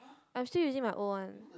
I'm still using my old one